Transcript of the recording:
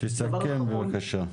תסכם בבקשה.